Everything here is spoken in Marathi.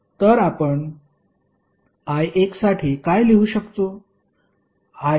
तर आपण I1 साठी काय लिहू शकतो